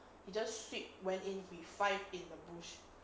you just sweep went in to fight in the bush